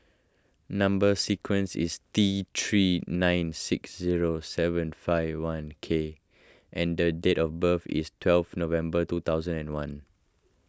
Number Sequence is T three nine six zero seven five one K and the date of birth is twelve November two thousand and one